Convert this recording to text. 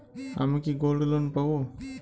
আমি কি gold loan পাবো?